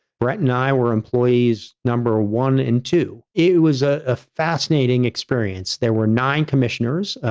brett and i were employees number one in two it was a ah fascinating experience. there were nine commissioners,